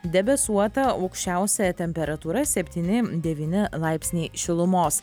debesuota aukščiausia temperatūra septyni devyni laipsniai šilumos